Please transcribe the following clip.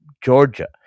Georgia